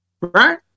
right